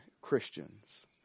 Christians